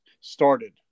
started